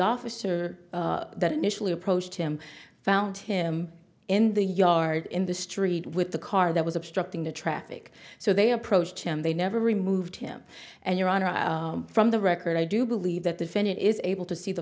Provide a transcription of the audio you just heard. officer that initially approached him found him in the yard in the street with the car that was obstructing the traffic so they approached him they never removed him and your honor from the record i do believe that the defendant is able to see the